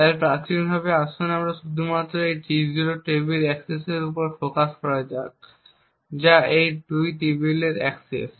তাই প্রাথমিকভাবে আসুন শুধুমাত্র এই T0 টেবিল অ্যাক্সেসের উপর ফোকাস করা যাক যা এই 2টি টেবিলের অ্যাক্সেস